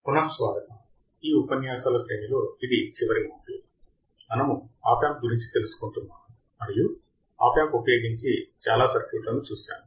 పునఃస్వాగతం ఈ ఉపన్యాసాల శ్రేణి లో ఇది చివరి మాడ్యుల్ మనము ఆప్ యాంప్ గురించి తెలుసుకొంటున్నాము మరియు ఆప్ యాంప్ ఉపయోగించి చాలా సర్క్యూట్ లని చూశాము